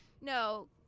no